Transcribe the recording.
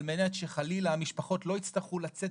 על מנת שחלילה המשפחות לא יצטרכו לשאת